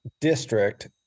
district